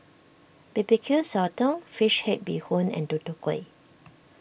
B B Q Sotong Fish Head Bee Hoon and Tutu Kueh